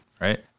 right